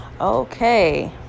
Okay